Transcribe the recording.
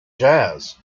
jazz